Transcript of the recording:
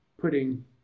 putting